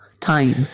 time